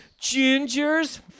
gingers